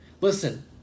Listen